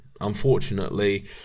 Unfortunately